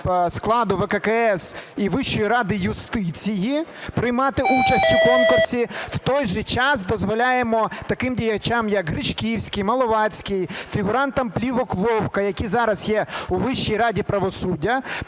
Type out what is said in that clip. складу ВККС і Вищої ради юстиції приймати участь у конкурсі, в той же час дозволяємо таким діячам, як Гречківський, Маловацький, фігурантам "плівок Вовка", який зараз є у Вищій раді правосуддя,